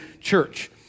church